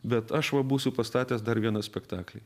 bet aš va būsiu pastatęs dar vieną spektaklį